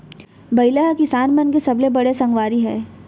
बइला ह किसान मन के सबले बड़े संगवारी हय